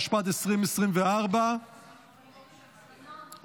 התשפ"ד 2024. הצבעה.